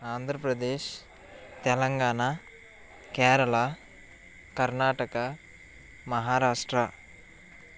Andhra Pradesh Telangana Kerala Karnataka Maharashtra